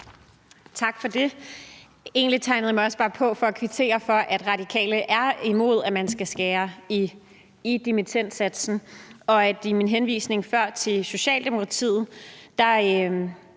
Tak for det. Egentlig tegnede jeg mig også bare ind for at kvittere for, at Radikale er imod, at man skal skære i dimittendsatsen. Og i min henvisning før til Socialdemokratiet